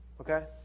Okay